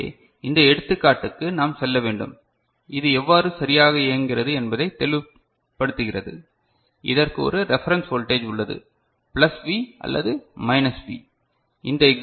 எனவே இந்த எடுத்துக்காட்டுக்கு நாம் செல்ல வேண்டும் இது எவ்வாறு சரியாக இயங்குகிறது என்பதை தெளிவுபடுத்துகிறது இதற்கு ஒரு ரேபரன்ஸ் வோல்டேஜ் உள்ளது பிளஸ் V அல்லது மைனஸ் V